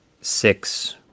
six